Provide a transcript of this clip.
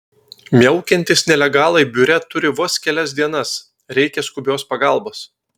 miaukiantys nelegalai biure turi vos kelias dienas reikia skubios pagalbos